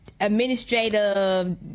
administrative